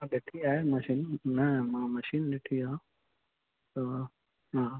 ॾिठी आहे मशीन न मां मशीन ॾिठी आहे हा